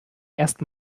erst